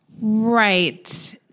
right